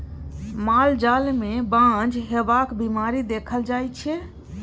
माल जाल मे बाँझ हेबाक बीमारी देखल जाइ छै